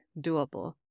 doable